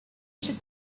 should